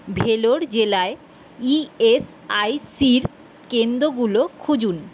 ভেলোর জেলায় E S I সির কেন্দ্রগুলো খুঁজুন